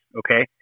okay